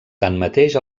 tanmateix